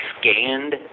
scanned